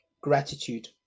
gratitude